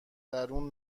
درون